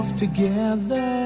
together